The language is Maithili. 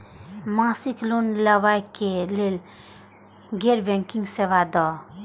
मासिक लोन लैवा कै लैल गैर बैंकिंग सेवा द?